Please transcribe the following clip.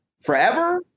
forever